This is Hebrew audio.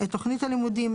את תוכנית הלימודים,